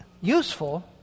useful